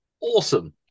Awesome